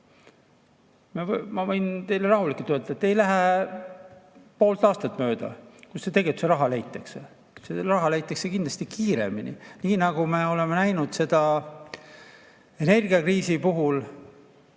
Ma võin teile rahulikult öelda, et ei lähe poolt aastatki mööda, kui see raha leitakse. See raha leitakse kindlasti kiiremini, nii nagu me oleme näinud seda energiakriisi puhul.